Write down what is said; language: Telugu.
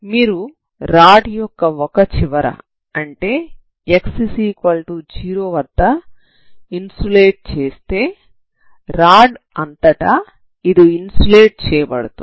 మీరు రాడ్ యొక్క ఒక చివర అంటే x0 వద్ద ఇన్సులేట్ చేస్తే రాడ్ అంతట ఇది ఇన్సులేట్ చేయబడుతుంది